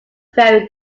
very